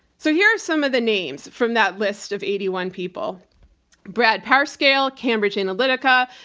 so here are some of the names from that list of eighty one people brad parscale, cambridge analytica,